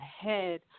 ahead